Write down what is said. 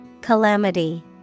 Calamity